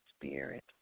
spirit